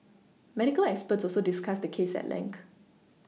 medical experts also discussed the case at length